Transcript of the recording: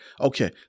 Okay